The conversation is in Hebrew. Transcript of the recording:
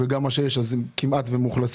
וגם מה שיש אז כמעט ומאוכלסים,